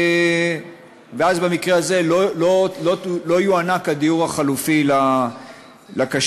ואז, במקרה הזה, לא יוענק הדיור החלופי לקשיש.